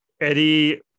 Eddie